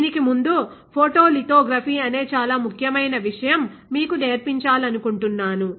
దీనికి ముందు ఫోటోలిథోగ్రఫీ అనే చాలా ముఖ్యమైన విషయం మీకు నేర్పించాలనుకుంటున్నాను